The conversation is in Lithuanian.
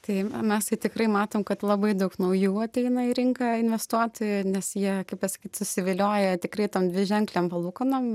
tai mes tai tikrai matom kad labai daug naujų ateina į rinką investuotojų nes jie kaip pasakyt susivilioja tikrai tom dviženklėm palūkanom